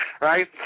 right